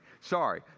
Sorry